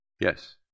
Yes